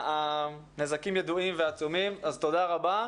הנזקים ידועים ועצומים, אז תודה רבה.